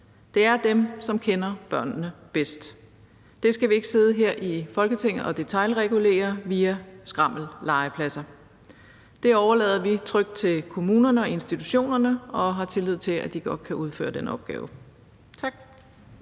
Det er dem, som kender børnene bedst, og det skal vi ikke sidde her i Folketinget og detailregulere via skrammellegepladser. Det overlader vi trygt til kommunerne og institutionerne, og vi har tillid til, at de godt kan udføre den opgave. Tak.